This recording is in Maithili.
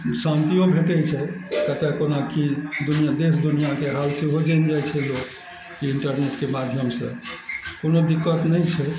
शान्तिओ भेटय छै कतऽ कोना की दुनिआँ देश दुनिआँके हाल सेहो जानि जाइ छै लोक इन्टरनेटके माध्यमसँ कोनो दिक्कत नहि छै